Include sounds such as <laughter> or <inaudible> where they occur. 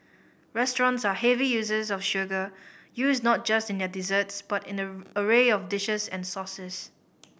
restaurants are heavy users of sugar used not just in their desserts but in an <unintelligible> array of dishes and sauces